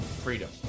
freedom